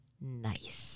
Nice